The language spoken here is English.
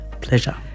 Pleasure